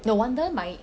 no wonder my